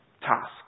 task